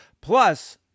Plus